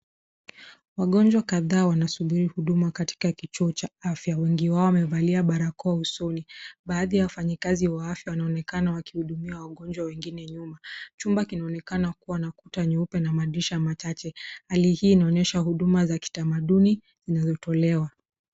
Wagonjwa kadhaa wanasubiri huduma katika kituo cha afya. wengi wao wamevalia barakoa usoni. Baadhi ya wafanyikazi wa afya wanaonekana wakiwahudumia wagonjwa wengine nyuma. Chumba kinaoneka kuwa na kuta nyeupe na madirisha machache. Hali hii inaoenyesha huduma wa kitamaduni zinazotolewa.